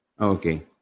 Okay